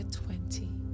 twenty